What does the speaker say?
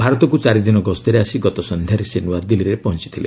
ଭାରତକୁ ଚାରିଦିନ ଗସ୍ତରେ ଆସି ଗତ ସନ୍ଧ୍ୟାରେ ସେ ନ୍ତଆଦିଲ୍ଲୀରେ ପହଞ୍ଚଥିଲେ